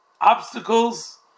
obstacles